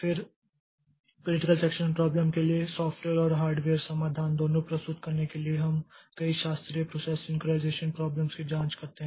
फिर critical section problem के लिए सॉफ्टवेयर और हार्डवेयर समाधान दोनों प्रस्तुत करने के लिए हम कई शास्त्रीय प्रोसेस सिंक्रनाइज़ेशन प्राब्लम की जांच करते हैं